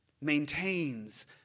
maintains